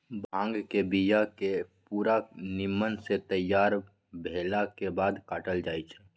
भांग के बिया के पूरा निम्मन से तैयार भेलाके बाद काटल जाइ छै